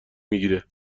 میگیره